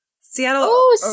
Seattle